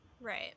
Right